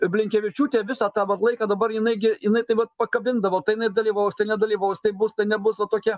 blinkevičiūtė visą tą vat laiką dabar jinai gi jinai tai vat pakabindavo tai jinai dalyvaus nedalyvaus tai bus tai nebus va tokia